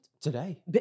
Today